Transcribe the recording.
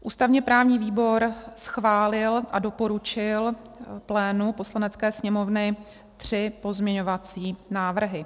Ústavněprávní výbor schválil a doporučil plénu Poslanecké sněmovny tři pozměňovací návrhy.